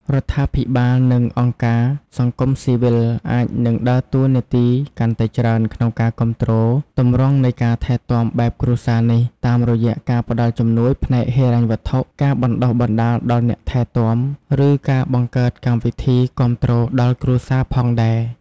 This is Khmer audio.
រដ្ឋាភិបាល និងអង្គការសង្គមស៊ីវិលអាចនឹងដើរតួនាទីកាន់តែច្រើនក្នុងការគាំទ្រទម្រង់នៃការថែទាំបែបគ្រួសារនេះ តាមរយៈការផ្ដល់ជំនួយផ្នែកហិរញ្ញវត្ថុ ការបណ្ដុះបណ្ដាលដល់អ្នកថែទាំ ឬការបង្កើតកម្មវិធីគាំទ្រដល់គ្រួសារផងដែរ។